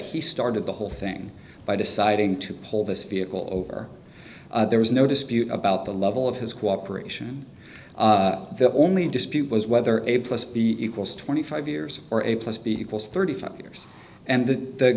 he started the whole thing by deciding to pull this vehicle over there was no dispute about the level of his cooperation the only dispute was whether a plus b equals twenty five years or a plus b equals thirty five years and the